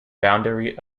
boundary